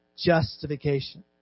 justification